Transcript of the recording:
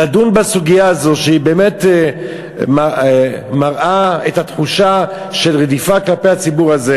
כדי לדון בסוגיה הזו שבאמת מעלה את התחושה של רדיפה כלפי הציבור הזה,